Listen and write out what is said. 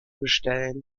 bestellen